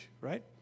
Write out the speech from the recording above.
right